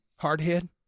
hardhead